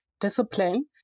discipline